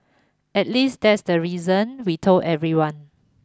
at least that's the reason we told everyone